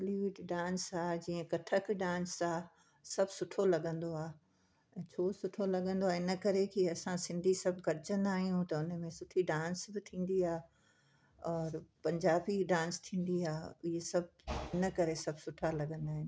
Bollywood dance आहे जीअं Kathak dance आहे सभु सुठो लॻंदो आहे छो सुठो लॻंदो आहे इन करे कि असां सिंधी सभु गॾिजंदा आहियूं त उन में सुठी डांस बि थींदी आहे और पंजाबी डांस थींदी आहे इहे सभु इन करे सभु सुठा लॻंदा आहिनि